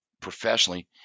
professionally